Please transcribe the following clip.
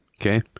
Okay